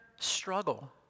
struggle